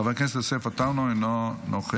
חבר הכנסת יוסף עטאונה, אינו נוכח.